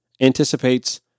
anticipates